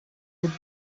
would